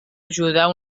ajudar